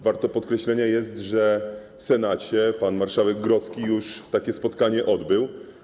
Warte podkreślenia jest, że w Senacie pan marszałek Grodzki już takie spotkanie odbył.